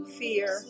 fear